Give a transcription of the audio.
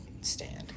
stand